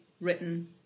written